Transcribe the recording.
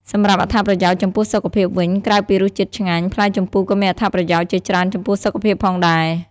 សម្រាប់អត្ថប្រយោជន៍ចំពោះសុខភាពវិញ ក្រៅពីរសជាតិឆ្ងាញ់ ផ្លែជម្ពូក៏មានអត្ថប្រយោជន៍ជាច្រើនចំពោះសុខភាពផងដែរ។